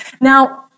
Now